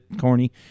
corny